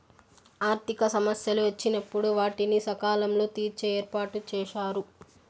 ఆర్థిక సమస్యలు వచ్చినప్పుడు వాటిని సకాలంలో తీర్చే ఏర్పాటుచేశారు